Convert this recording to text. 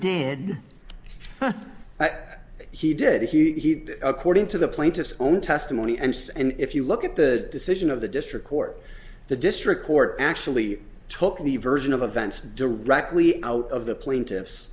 that he did he'd according to the plaintiff's own testimony and says and if you look at the decision of the district court the district court actually took the version of events directly out of the plaintiff